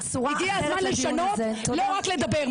הגיע הזמן לשנות, לא רק לדבר.